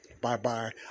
Bye-bye